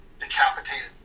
decapitated